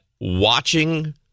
watching